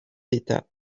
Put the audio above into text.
d’état